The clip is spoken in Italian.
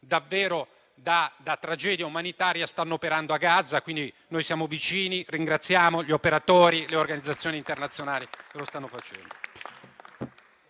davvero da tragedia umanitaria, stanno operando a Gaza. Quindi, noi siamo vicini e ringraziamo gli operatori, le organizzazioni internazionali che stanno operando.